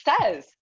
says